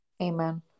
Amen